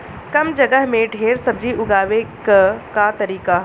कम जगह में ढेर सब्जी उगावे क का तरीका ह?